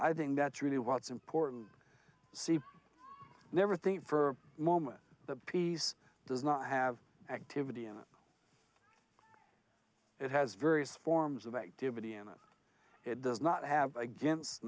i think that's really what's important see i never think for a moment that peace does not have activity and it has various forms of activity in it it does not have against